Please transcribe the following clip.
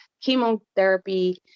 chemotherapy